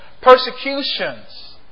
Persecutions